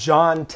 John